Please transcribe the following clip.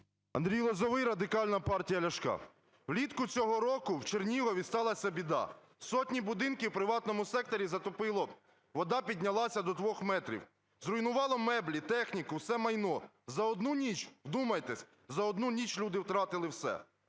АндрійЛозовой, Радикальна партія Ляшка. Влітку цього року в Чернігові сталася біда: сотні будинків в приватному секторі затопило, вода піднялася до двох метрів; зруйнувало меблі, техніку, все майно. За одну ніч, вдумайтесь, за одну ніч люди втратили все.